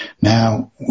now